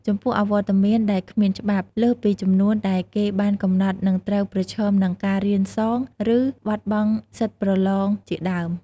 ចំពោះអវត្តមានដែលគ្មានច្បាប់ លើសពីចំនួនដែលគេបានកំណត់និងត្រូវ ប្រឈមនិងការរៀនសង ឬបាត់បង់សិទ្ធប្រឡងជាដើម។